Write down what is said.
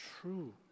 true